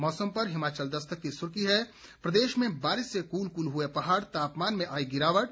मौसम पर हिमाचल दस्तक की सुर्खी है प्रदेश में बारिश से कूल कूल हुए पहाड़ तापमान में आई गिरावट